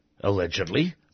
allegedly